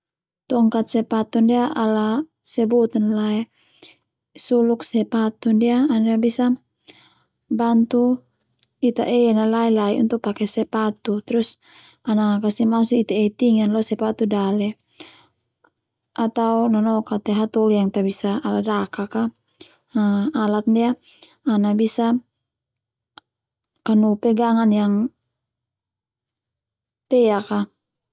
Tongkat sepatu ndia ala sebut an lae suluk sepatu ndia ana bisa bantu Ita en lai-lai untuk pake sepatu terus ana kasi masuk Ita ei tingan lo sepatu dale, atau nanoka te hatoli yang tabisa ala dakak a alat ndia ana bisa kanu pegangan yang teak a.